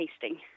tasting